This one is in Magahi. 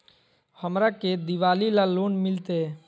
हमरा के दिवाली ला लोन मिलते?